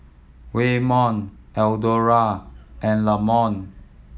Waymon Eldora and Lamont